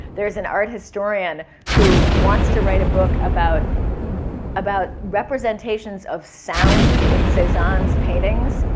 there's an art historian who wants to write a book about about representations of sound in cezanne's paintings,